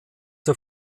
der